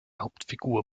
hauptfigur